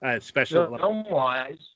Film-wise